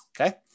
okay